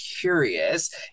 curious